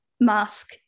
mask